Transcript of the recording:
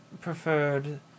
preferred